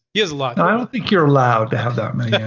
he has a lot. i don't think you're allowed to have that many, yeah